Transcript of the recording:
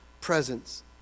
presence